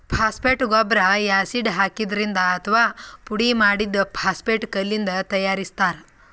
phosphate ಗೊಬ್ಬರ್ acid ಹಾಕಿದ್ರಿಂದ್ ಅಥವಾ ಪುಡಿಮಾಡಿದ್ದ್ ಫಾಸ್ಫೇಟ್ ಕಲ್ಲಿಂದ್ ತಯಾರಿಸ್ತಾರ್